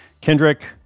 Kendrick